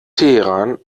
teheran